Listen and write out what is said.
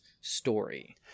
story